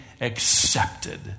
accepted